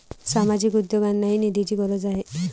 सामाजिक उद्योगांनाही निधीची गरज आहे